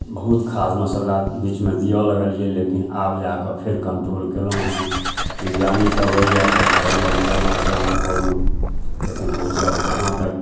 बहुत खाद मसल्ला बीचमे दिअऽ लगलिए लेकिन आब जाकऽ फेर कन्ट्रोल कएलहुँ हँ वैज्ञानिक अबैए तऽ कहैए जे एनासे एना करू लेकिन हमसभ जहाँ तक